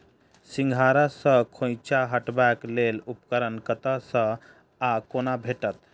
सिंघाड़ा सऽ खोइंचा हटेबाक लेल उपकरण कतह सऽ आ कोना भेटत?